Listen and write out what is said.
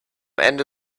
ende